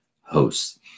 hosts